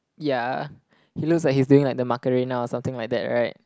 yeah he looks like he's doing like the Macarena or something like that right